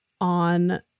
on